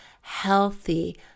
healthy